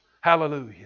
Hallelujah